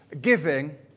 giving